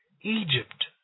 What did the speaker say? Egypt